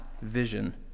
vision